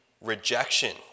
rejection